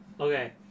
Okay